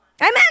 amen